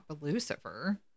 Lucifer